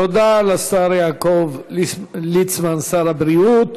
תודה לשר יעקב ליצמן, שר הבריאות.